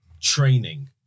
Training